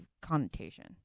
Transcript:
connotation